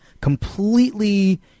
completely